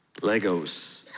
Legos